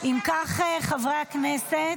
אם כך, חברי הכנסת,